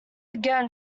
again